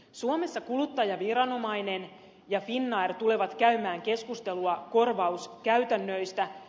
suomessa kuluttajaviranomainen ja finnair tulevat käymään keskustelua korvauskäytännöistä